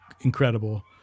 incredible